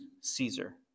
Caesar